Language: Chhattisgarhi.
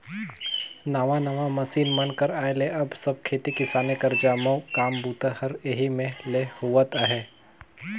नावा नावा मसीन मन कर आए ले अब सब खेती किसानी कर जम्मो काम बूता हर एही मे ले होवत अहे